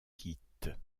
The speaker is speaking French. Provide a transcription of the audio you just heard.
quitte